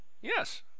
Yes